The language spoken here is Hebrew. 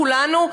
כולנו,